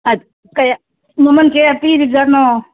ꯃꯃꯜ ꯀꯌꯥ ꯄꯤꯔꯤꯕꯖꯥꯠꯅꯣ